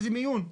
וזה מיון,